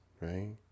right